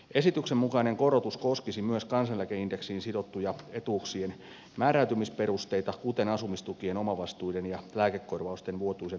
esityksen mukainen korotus koskisi myös kansaneläkeindeksiin sidottuja etuuksien määräytymisperusteita kuten asumistukien omavastuiden ja lääkekorvausten vuotuisen omavastuun rajaa